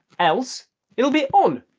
else it'll be on.